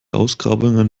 ausgrabungen